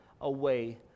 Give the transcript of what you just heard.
away